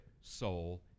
soul